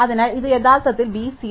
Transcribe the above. അതിനാൽ ഇത് യഥാർത്ഥത്തിൽ B 0